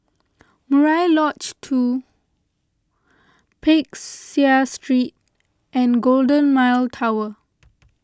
Murai Lodge two Peck Seah Street and Golden Mile Tower